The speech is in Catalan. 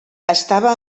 estava